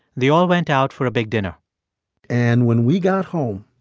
they all went out for a big dinner and when we got home,